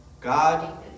God